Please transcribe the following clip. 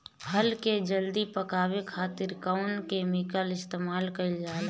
फल के जल्दी पकावे खातिर कौन केमिकल इस्तेमाल कईल जाला?